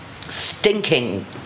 stinking